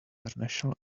international